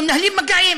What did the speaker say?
אנחנו מנהלים מגעים